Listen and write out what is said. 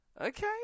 Okay